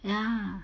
ya